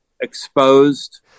exposed –